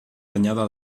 añada